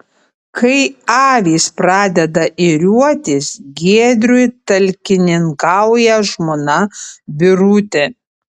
kai avys pradeda ėriuotis giedriui talkininkauja žmona birutė